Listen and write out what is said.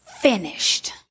finished